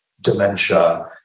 dementia